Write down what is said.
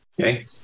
Okay